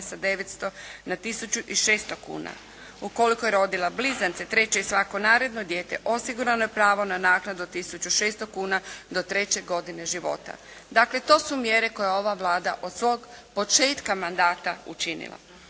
sa 900 na 1600 kuna. Ukoliko je rodila blizance, treće i svako naredno dijete osigurano je pravo na naknadu od 1600 kuna do treće godine života. Dakle to su mjere koje je ova Vlada od svog početka mandata učinila.